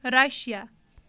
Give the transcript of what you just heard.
Russia